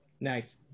nice